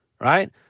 Right